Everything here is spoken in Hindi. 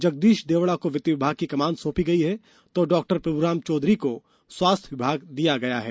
जगदीश देवड़ा को वित्त विभाग की कमान सौंपी गई है तो डॉक्टर प्रभुराम चौंधरी को स्वास्थ्य विभाग दिया गया है